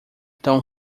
tão